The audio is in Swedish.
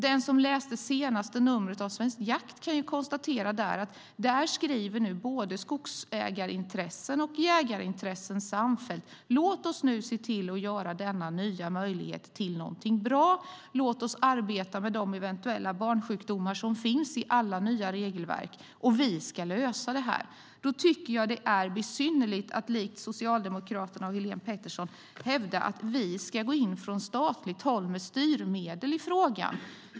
Den som läst senaste numret av Svensk Jakt kan konstatera att där skriver både skogsägarintressen och jägarintressen samfällt: Låt oss nu se till att göra denna nya möjlighet till någonting bra. Låt oss arbeta med de eventuella barnsjukdomar som finns i alla nya regelverk. Vi ska lösa det här. Mot den bakgrunden är det besynnerligt att likt Socialdemokraterna och Helén Pettersson hävda att vi från statligt håll ska gå in med styrmedel i frågan.